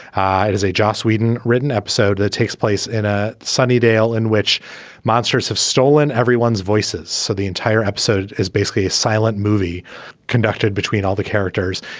does a joss whedon written episode that takes place in a sunnydale in which monsters have stolen everyone's voices? so the entire episode is basically a silent movie conducted between all the characters.